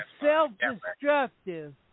self-destructive